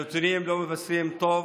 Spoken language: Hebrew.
הנתונים לא מבשרים טוב.